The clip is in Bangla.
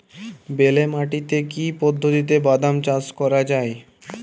বেলে মাটিতে কি পদ্ধতিতে বাদাম চাষ করা যায়?